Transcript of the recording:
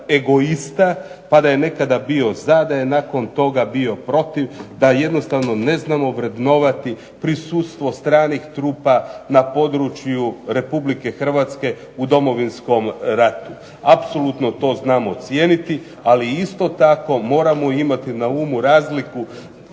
egoista pa da je nekada bio za, da je nakon toga bio protiv. Da jednostavno ne znamo vrednovati prisustvo stranih trupa na području RH u Domovinskom ratu. Apsolutno to znamo cijeniti, ali isto tako moramo imati na umu razliku,